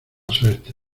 suerte